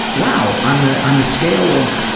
wow, on the on the scale of,